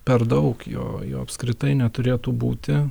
per daug jo jo apskritai neturėtų būti